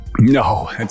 No